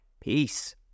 Peace